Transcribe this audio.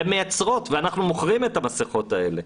והן מייצרות ואנחנו מוכרים את המסכות האלה.